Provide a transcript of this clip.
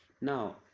Now